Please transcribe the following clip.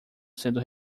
sendo